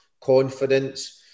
confidence